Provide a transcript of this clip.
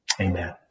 Amen